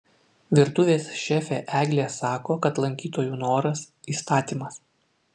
virtuvės šefė eglė sako kad lankytojų noras įstatymas